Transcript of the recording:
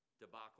debacle